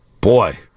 boy